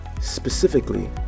specifically